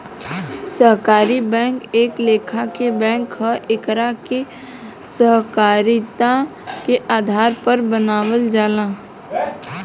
सहकारी बैंक एक लेखा के बैंक ह एकरा के सहकारिता के आधार पर बनावल जाला